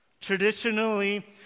Traditionally